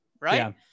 right